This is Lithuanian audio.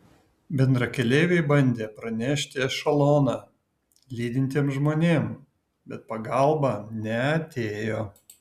bendrakeleiviai bandė pranešti ešeloną lydintiems žmonėms bet pagalba neatėjo